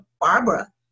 Barbara